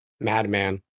Madman